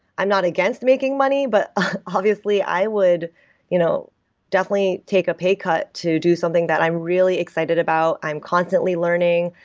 i'm not against making money, but obviously i would you know definitely take a pay cut to do something that i'm really excited about, i'm constantly learning.